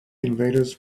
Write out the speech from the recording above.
invaders